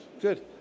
Good